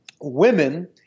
women